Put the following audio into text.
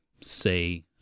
say